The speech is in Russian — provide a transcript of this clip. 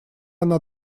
она